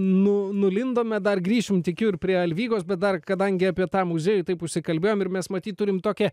nu nulindome dar grįšim tikiu ir prie alvygos bet dar kadangi apie tą muziejų taip užsikalbėjom ir mes matyt turim tokią